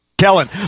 Kellen